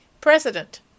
president